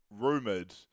rumoured